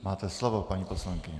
Máte slovo, paní poslankyně.